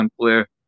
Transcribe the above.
player